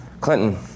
Clinton